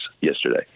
yesterday